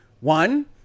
One